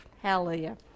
hallelujah